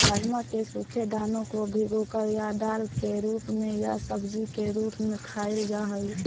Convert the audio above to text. राजमा के सूखे दानों को भिगोकर या दाल के रूप में या सब्जी के रूप में खाईल जा हई